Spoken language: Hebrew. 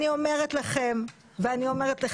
אני אומרת לך צביקה,